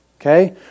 Okay